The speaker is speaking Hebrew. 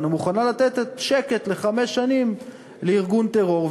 ומוכנה לתת שקט לחמש שנים לארגון טרור.